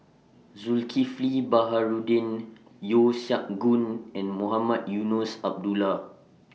Zulkifli Baharudin Yeo Siak Goon and Mohamed Eunos Abdullah